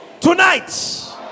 Tonight